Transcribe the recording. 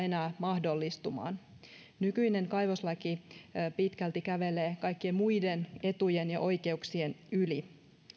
enää mahdollistumaan nykyinen kaivoslaki pitkälti kävelee kaikkien muiden etujen ja oikeuksien yli